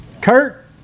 Kurt